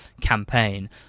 campaign